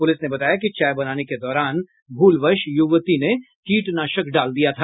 police ने बताया कि चाय बनाने के दौरान भूलवश युवती ने कीटनाशनक डाल दिया था